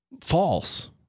false